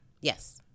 Yes